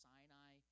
Sinai